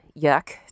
yuck